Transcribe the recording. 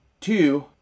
two